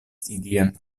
ilian